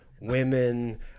women